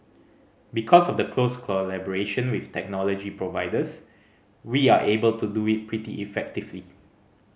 because of the close collaboration with technology providers we are able to do it pretty effectively